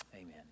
amen